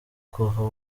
kuva